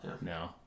No